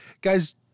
Guys